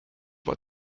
war